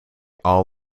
all